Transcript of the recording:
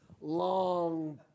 long